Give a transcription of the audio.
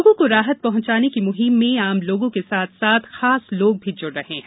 लोगों को राहत पहुंचाने की मुहिम में आम लोगों के साथ साथ खास लोग भी जुड़ रहे हैं